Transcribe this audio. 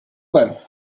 then